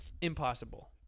impossible